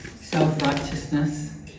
self-righteousness